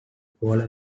polar